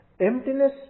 Emptiness